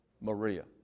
Maria